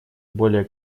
более